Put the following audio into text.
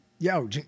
Yo